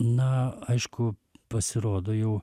na aišku pasirodo jau